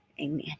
amen